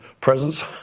presence